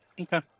Okay